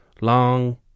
Long